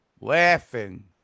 laughing